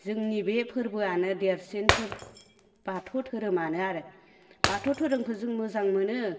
जोंनि बे फोरबोआनो देरसिन फोरबो बाथौ धोरोमानो बाथौ धोरोमखौ जों मोजां मोनो